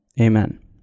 Amen